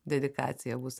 dedikacija bus